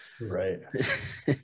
Right